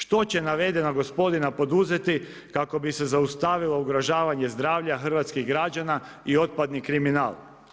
Što će navedeni gospodin poduzeti kako bi se zaustavilo ugrožavanje zdravlja hrvatskih građana i otpadni kriminal?